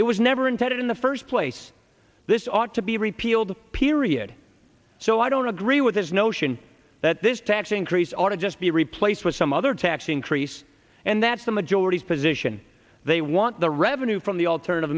it was never intended in the first place this ought to be repealed period so i don't agree with his notion that this tax increase ought to just be replaced with some other tax increase and that's the majority's position they want the revenue from the alternative